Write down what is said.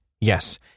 Yes